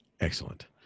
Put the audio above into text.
Excellent